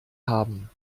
haben